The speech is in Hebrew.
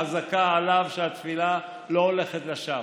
חזקה עליו שהתפילה לא הולכת לשווא.